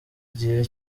igihe